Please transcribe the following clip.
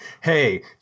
hey